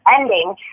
ending